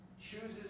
chooses